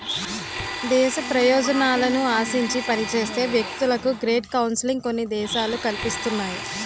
దేశ ప్రయోజనాలను ఆశించి పనిచేసే వ్యక్తులకు గ్రేట్ కౌన్సిలింగ్ కొన్ని దేశాలు కల్పిస్తున్నాయి